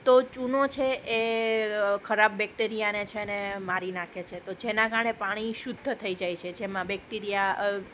તો ચૂનો છે એ ખરાબ બેક્ટેરિયાને છેને મારી નાખે છે તો જેના કારણે પાણી શુદ્ધ થઈ જાય છે જેમાં બેક્ટેરિયા